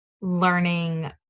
learning